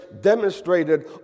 demonstrated